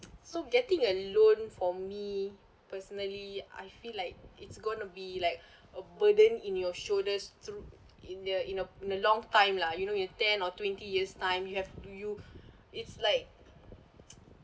so getting a loan for me personally I feel like it's going to be like a burden in your shoulders in a in a in a long time lah you know in ten or twenty years time you have do you it's like